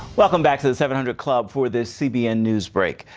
welcome back to the seven hundred club for this cbn newsbreak,